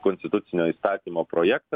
konstitucinio įstatymo projektas